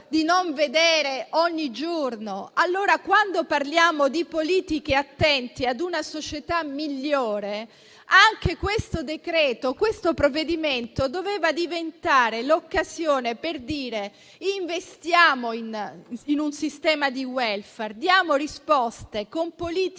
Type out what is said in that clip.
di non vedere ogni giorno? Allora, quando parliamo di politiche attente ad una società migliore, anche questo provvedimento doveva diventare l'occasione per investire in un sistema di *welfare* e per dare risposte con politiche